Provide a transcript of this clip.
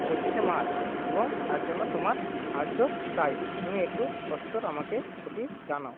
পঁচিশে মার্চ এবং তার জন্য তোমার সাহায্য চাই তুমি একটু সত্বর আমাকে ওটি জানাও